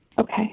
Okay